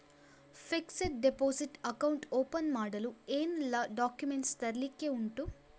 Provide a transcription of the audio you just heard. Fixed deposit account open ಮಾಡಲು ಏನೆಲ್ಲಾ documents ತರ್ಲಿಕ್ಕೆ ಉಂಟು?